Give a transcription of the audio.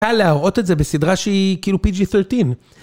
אפשר להראות את זה בסדרה שהיא כאילו PG-13.